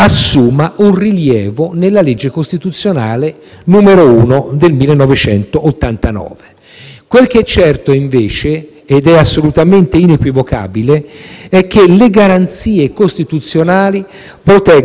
Quel che è certo, invece, ed è assolutamente inequivocabile, è che le garanzie costituzionali proteggono le libertà e l'incolumità delle persone contro gli abusi dei Governi.